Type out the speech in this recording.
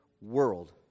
world